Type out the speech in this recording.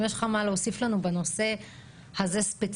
אם יש לך מה להוסיף לנו בנושא הזה ספציפית.